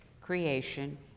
creation